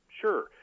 Sure